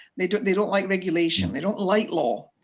they don't they don't like regulation, they don't like law,